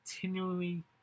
continually